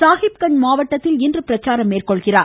சாஹிப் கஞ்ச் மாவட்டத்தில் இன்று பிரச்சாரம் மேற்கொள்கிறார்